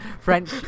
french